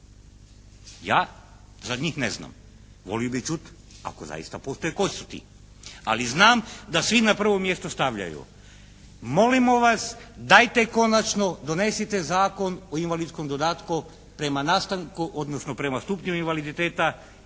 Ja za njih ne znam. Volio bih čuti ako zaista postoje tko su ti. Ali znam da svi na prvo mjesto stavljaju molimo vas dajte končano donesite zakon o invalidskom dodatku prema nastanku, odnosno prema stupnju invaliditeta